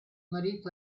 marito